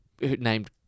named